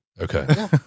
Okay